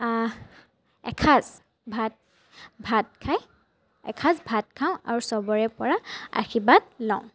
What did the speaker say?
এসাঁজ ভাত ভাত খাই এসাঁজ ভাত খাওঁ আৰু চবৰে পৰা আশীৰ্বাদ লওঁ